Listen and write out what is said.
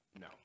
No